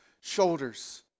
shoulders